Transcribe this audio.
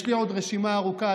יש לי עוד רשימה ארוכה,